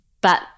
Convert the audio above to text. but-